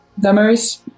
Damaris